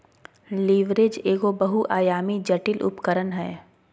leverage एगो बहुआयामी, जटिल उपकरण हय